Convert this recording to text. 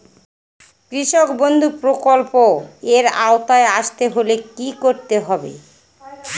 কৃষকবন্ধু প্রকল্প এর আওতায় আসতে হলে কি করতে হবে?